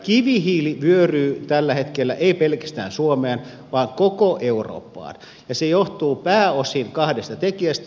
kivihiili vyöryy tällä hetkellä ei pelkästään suomeen vaan koko eurooppaan ja se johtuu pääosin kahdesta tekijästä